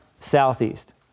Southeast